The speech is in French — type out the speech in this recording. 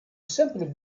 simples